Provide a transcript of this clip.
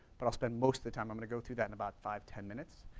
but i'll spend most of the time, i'm gonna go through that in about five, ten minutes,